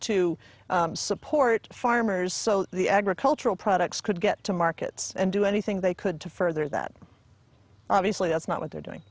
to support farmers so the agricultural products could get to markets and do anything they could to further that obviously that's not what they're